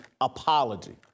apology